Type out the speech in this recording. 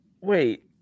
Wait